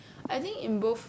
I think in both